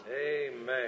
Amen